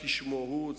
כשמו הוא,